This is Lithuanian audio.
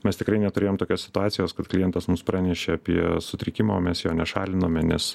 mes tikrai neturėjom tokios situacijos kad klientas mums pranešė apie sutrikimą o mes jo nešalinome nes